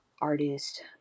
artist